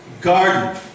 garden